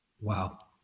Wow